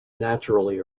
naturally